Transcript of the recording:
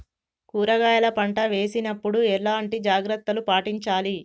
కూరగాయల పంట వేసినప్పుడు ఎలాంటి జాగ్రత్తలు పాటించాలి?